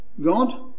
God